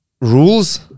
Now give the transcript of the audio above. Rules